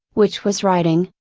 which was writing,